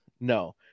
No